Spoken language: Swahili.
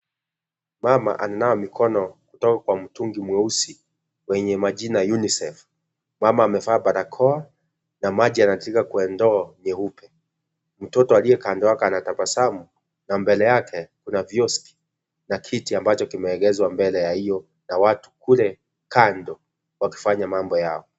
Mama ananawa mikono kutoka kwa mtungi mweusi wenye majina(cs) unisef(cs). Mama amevaa barakoa na maji ameshika kwa ndoo nyeupe, mtoto aliye kando yake anatabasamu na mbele yake kuna vioski na kiti ambacho kimeegeshwa mbele ya watu kule kando wakifanya mambo Yao.